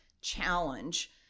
challenge